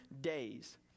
days